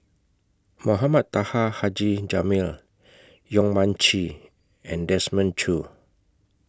Mohamed Taha Haji Jamil Yong Mun Chee and Desmond Choo